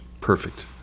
Perfect